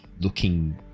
Looking